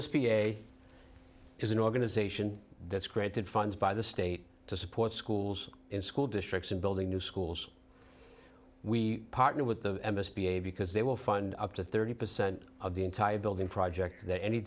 s p a is an organization that's created funds by the state to support schools and school districts in building new schools we partnered with the m s b a because they will fund up to thirty percent of the entire building project that any